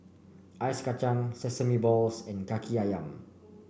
Ice Kachang Sesame Balls and Kaki ayam